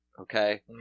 okay